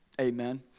Amen